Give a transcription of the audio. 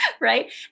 Right